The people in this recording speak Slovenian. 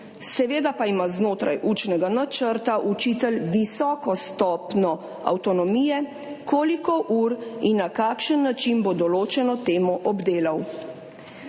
seveda pa ima znotraj učnega načrta učitelj visoko stopnjo avtonomije, koliko ur in na kakšen način bo določeno temo obdelal.